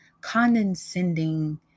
condescending